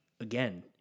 again